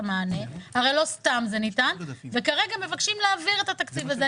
המענה הרי לא סתם זה ניתן וכרגע מבקשים להעביר את התקציב הזה.